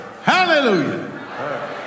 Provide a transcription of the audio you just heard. Hallelujah